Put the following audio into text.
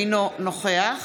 אינו נוכח